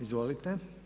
Izvolite.